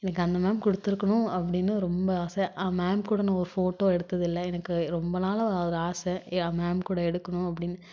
எனக்கு அந்த மேம் கொடுத்துருக்கணும் அப்படின்னு ரொம்ப ஆசை மேம் கூட நான் ஒரு ஃபோட்டோ எடுத்ததில்லை எனக்கு ரொம்ப நாளாக ஒரு ஆசை ஆ மேம் கூட எடுக்கணும் அப்படின்னு